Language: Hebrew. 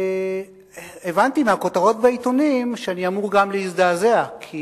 הבנתי מהכותרות בעיתונים שאני אמור גם להזדעזע, כי